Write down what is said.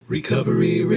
Recovery